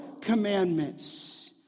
commandments